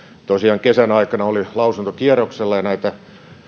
tosiaan kesän aikana se oli lausuntokierroksella ja näitä